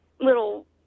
little